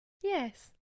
Yes